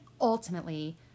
ultimately